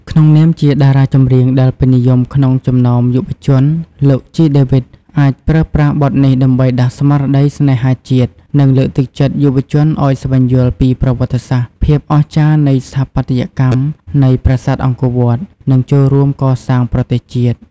ក្នុងនាមជាតារាចម្រៀងដែលពេញនិយមក្នុងចំណោមយុវជន លោក ជី ដេវីត អាចប្រើប្រាស់បទនេះដើម្បីដាស់ស្មារតីស្នេហាជាតិ និងលើកទឹកចិត្តយុវជនឲ្យស្វែងយល់ពីប្រវត្តិសាស្ត្រ ភាពអស្ចារ្យនៃស្ថាបត្យកម្មនៃប្រាសាទអង្គរវត្ត និងចូលរួមកសាងប្រទេសជាតិ។